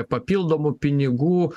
papildomų pinigų